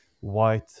white